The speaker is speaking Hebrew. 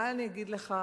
מה אני אגיד לך,